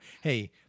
hey